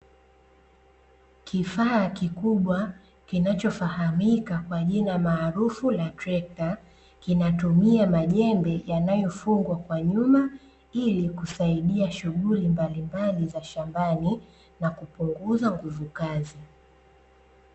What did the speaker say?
Kifaa kikubwa, kinachofahamika kwa jina maarufu la trekta, kinatumia majembe yanayofungwa kwa nyuma ili kusaidia shughuli mbalimbali za shambani na kupunguza nguvu kazi.